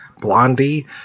Blondie